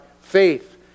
faith